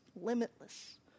limitless